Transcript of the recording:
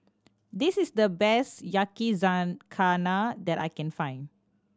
this is the best Yakizakana that I can find